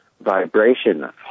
vibration